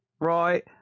right